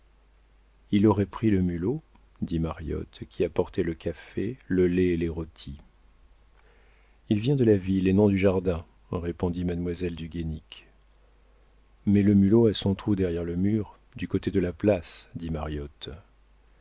il aurait pris le mulot dit mariotte qui apportait le café le lait et les rôties il vient de la ville et non du jardin répondit mademoiselle du guénic mais le mulot a son trou derrière le mur du côté de la place dit mariotte